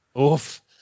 Oof